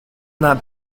not